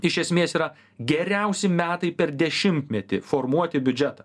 iš esmės yra geriausi metai per dešimtmetį formuoti biudžetą